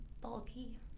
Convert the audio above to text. bulky